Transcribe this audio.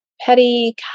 Petty